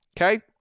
Okay